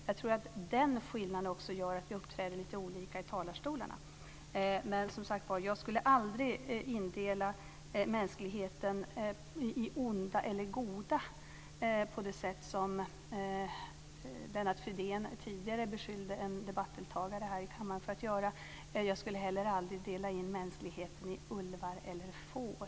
Jag tror att också den skillnaden gör att vi uppträder lika olika i talarstolen. Som sagt skulle jag aldrig indela mänskligheten i onda och goda på det sätt som Lennart Fridén tidigare beskyllde en debattdeltagare i kammaren för att göra. Jag skulle heller aldrig dela in mänskligheten i ulvar och får.